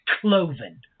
cloven